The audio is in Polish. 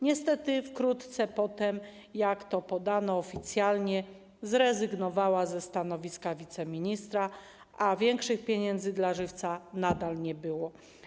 Niestety wkrótce potem, jak to podano oficjalnie, zrezygnowała ze stanowiska wiceministra, a większych pieniędzy dla Żywca nadal nie było.